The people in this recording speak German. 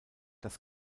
das